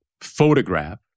Photograph